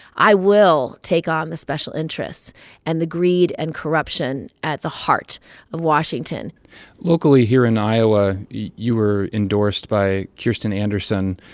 i will take on the special interests and the greed and corruption at the heart of washington locally here in iowa, you were endorsed by kirsten anderson,